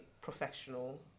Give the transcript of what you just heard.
professional